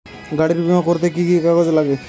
গাড়ীর বিমা করতে কি কি কাগজ লাগে?